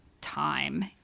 time